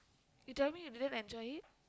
you're tell me you didn't enjoy it